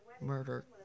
murder